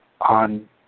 on